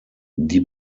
die